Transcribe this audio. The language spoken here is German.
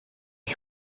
ich